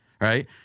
right